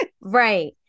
right